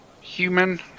human